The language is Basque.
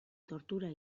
tortura